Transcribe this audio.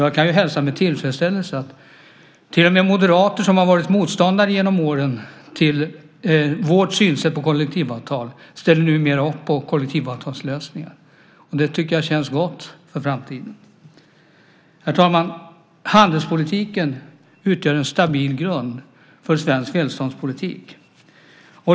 Jag kan också hälsa med tillfredsställelse att till och med moderater som genom åren har varit motståndare till vårt synsätt på kollektivavtal numera ställer upp på kollektivavtalslösningar. Det tycker jag känns gott för framtiden. Herr talman! Handelspolitiken utgör en stabil grund för svensk välståndspolitik.